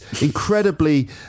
incredibly